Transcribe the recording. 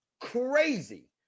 crazy